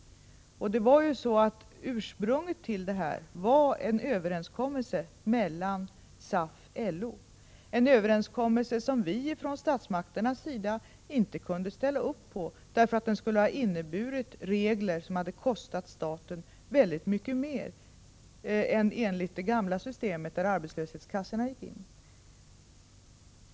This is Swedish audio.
Ursprunget till det hela var en överenskommelse mellan SAF och LO — en överenskommelse som vi från statsmakternas sida inte kunde ställa oss bakom, därför att den skulle ha inneburit regler som hade kostat staten mycket mer än enligt det gamla systemet där arbetslöshetskassorna gick in.